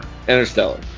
Interstellar